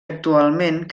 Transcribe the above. actualment